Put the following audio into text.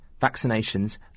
vaccinations